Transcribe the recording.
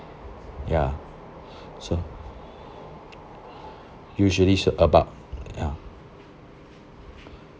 ya so usually so about ya